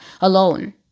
alone